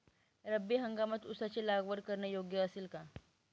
रब्बी हंगामात ऊसाची लागवड करणे योग्य असेल का?